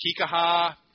Kikaha